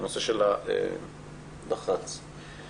בנושא של הדירקטוריונים החיצוניים.